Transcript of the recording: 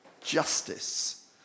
justice